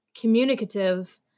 communicative